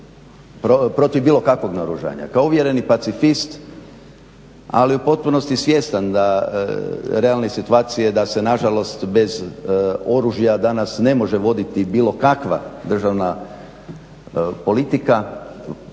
protiv bilo kakvog naoružanja kao uvjereni pacifist ali u potpunosti svjestan da realne situacije da se nažalost bez oružja danas ne može voditi bilo kakva državna politika